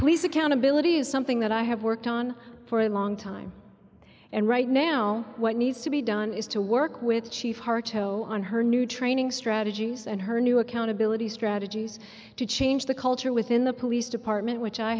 police accountability is something that i have worked on for a long time and right now what needs to be done is to work with chief harto on her new training strategies and her new accountability strategies to change the culture within the police department which i